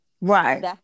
Right